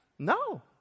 No